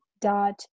dot